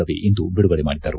ರವಿ ಇಂದು ಬಿಡುಗಡೆ ಮಾಡಿದರು